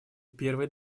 первый